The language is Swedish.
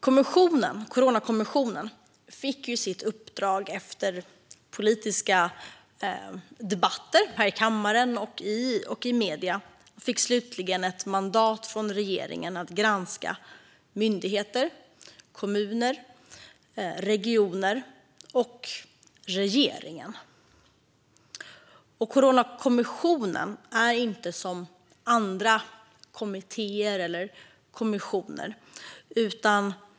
Coronakommissionen fick sitt uppdrag efter politiska debatter här i kammaren och i medierna. Den fick slutligen ett mandat från regeringen att granska myndigheter, kommuner, regioner och regeringen. Coronakommissionen är inte som andra kommittéer eller kommissioner.